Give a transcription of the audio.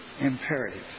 imperative